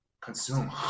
consume